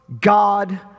God